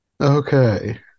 Okay